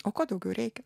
o ko daugiau reikia